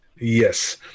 Yes